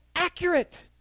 accurate